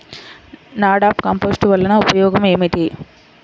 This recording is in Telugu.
నాడాప్ కంపోస్ట్ వలన ఉపయోగం ఏమిటి?